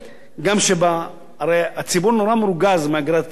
הרי הציבור נורא מרוגז מאגרת הטלוויזיה.